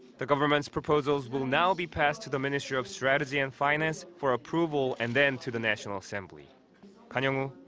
the government's proposals will now be passed to the ministry of strategy and finance for approval and then to the national assembly. kan hyeong-woo,